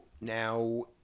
now